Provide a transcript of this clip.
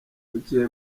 bucyeye